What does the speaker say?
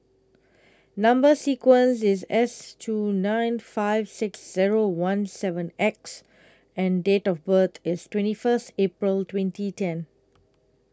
Number sequence IS S two nine five six Zero one seven X and Date of birth IS twenty First April twenty ten